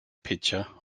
pitcher